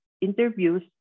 interviews